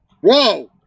Whoa